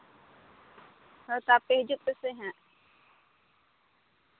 ᱦᱳᱭᱛᱚ ᱟᱯᱮ ᱦᱤᱡᱩᱜ ᱯᱮᱥᱮ ᱦᱟᱸᱜ